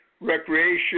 Recreation